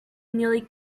nearly